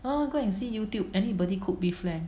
oh go and see Youtube anybody cook beef flank